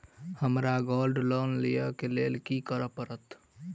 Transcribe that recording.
हमरा gold loan लिय केँ लेल की करऽ पड़त?